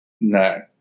No